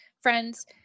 friends